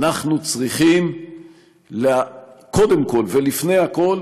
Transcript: אנחנו צריכים קודם כול ולפני הכול